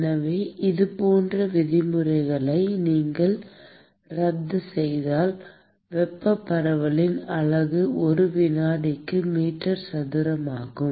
எனவே இதுபோன்ற விதிமுறைகளை நீங்கள் ரத்து செய்தால் வெப்பப் பரவலின் அலகு ஒரு வினாடிக்கு மீட்டர் சதுரமாகும்